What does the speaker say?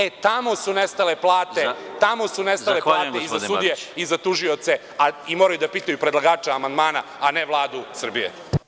E, tamo su nestale plate i za sudije i za tužioce i moraju da pitaju predlagače amandmana, a ne Vladu Srbije.